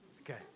Okay